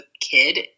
kid